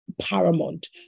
paramount